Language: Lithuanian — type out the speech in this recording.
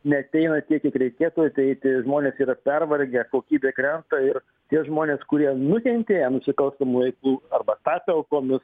neateina tiek kiek reikėtų ateiti žmonės yra pervargę kokybė krenta ir tie žmonės kurie nukentėję nusikalstamų veiklų arba tapę aukomis